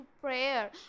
prayer